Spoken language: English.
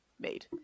made